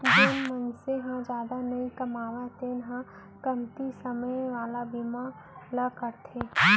जेन मनसे ह जादा नइ कमावय तेन ह कमती समे वाला बीमा ल करवाथे